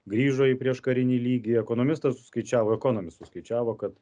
grįžo į prieškarinį lygį ekonomistas suskaičiavo ekonomists suskaičiavo kad